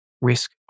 risk